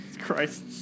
Christ